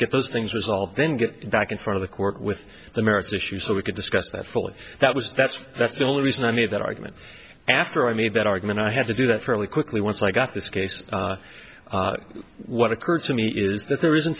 get those things was all then get back in front of the court with the merits issue so we could discuss that fully that was that's that's the only reason i made that argument after i made that argument i had to do that fairly quickly once i got this case what occurred to me is that there isn't